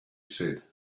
said